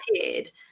appeared